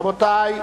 רבותי,